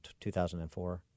2004